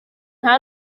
nta